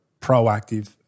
proactive